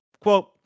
quote